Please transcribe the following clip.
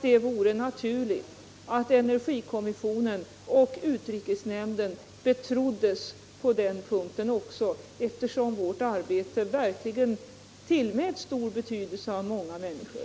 Det vore naturligt att energikommisionen och utrikesnämnden betroddes på den punkten också, eftersom vårt arbete verkligen tillmäts stor betydelse av många människor.